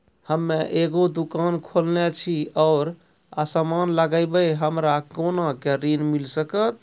हम्मे एगो दुकान खोलने छी और समान लगैबै हमरा कोना के ऋण मिल सकत?